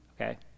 okay